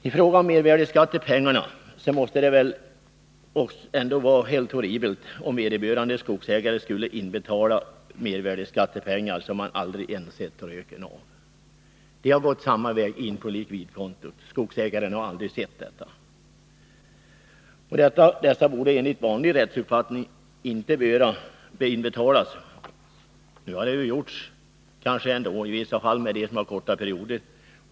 I fråga om mervärdeskattepengarna måste det väl ändå vara helt horribelt om vederbörande skogsägare skulle inbetala mervärdeskattepengar som han aldrig ens sett röken av. De har gått in på likvidkontot, och skogsägaren har alltså aldrig sett dem. Dessa pengar borde enligt vanlig rättsuppfattning inte behöva inbetalas. Nu har det kanske ändå skett i vissa fall när det gäller korta perioder.